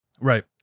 Right